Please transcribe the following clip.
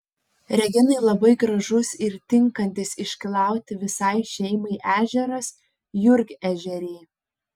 reginai labai gražus ir tinkantis iškylauti visai šeimai ežeras jurgežeriai